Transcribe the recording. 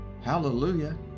Hallelujah